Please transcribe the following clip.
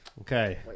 Okay